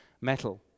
metal